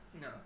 No